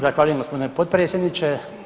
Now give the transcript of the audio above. Zahvaljujem gospodine potpredsjedniče.